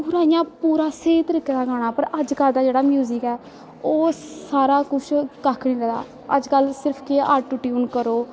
पूरा इयां पूरा स्हेई तरीके दे गाना अज कल दा जेह्ड़ा म्यूजिक ऐ ओह् सारा कुश कक्ख नी करा दा अज कल केह् ऐ सिर्फ आटो टयून करो